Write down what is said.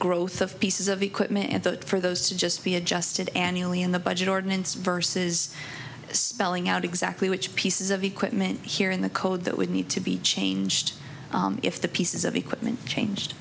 growth of pieces of equipment and that for those to just be adjusted annually in the budget ordinance verses spelling out exactly which pieces of equipment here in the code that would need to be changed if the pieces of equipment changed